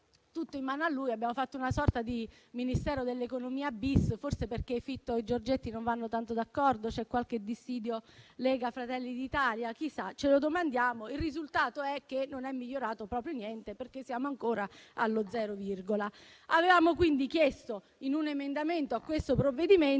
tutto in mano a lui, abbiamo fatto una sorta di Ministero dell'economia-*bis:* forse perché Fitto e Giorgetti non vanno tanto d'accordo? C'è qualche dissidio tra il Gruppo Lega e il Gruppo Fratelli d'Italia? Chissà, ce lo domandiamo. Il risultato è che non è migliorato proprio niente, perché siamo ancora allo zero virgola. Avevamo così chiesto in un emendamento presentato a questo provvedimento